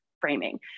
framing